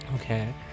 Okay